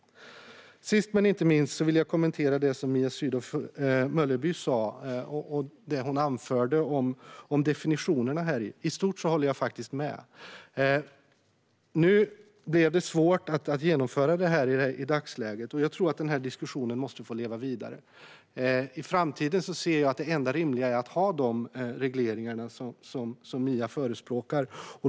Sist, men inte minst, vill jag kommentera det Mia Sydow Mölleby anförde om definitionerna. I stort håller jag med. Nu blev det svårt att genomföra detta i dagsläget, och jag tror att diskussionen måste få leva vidare. I framtiden är det enda rimliga att ha de regleringar som Mia förespråkar.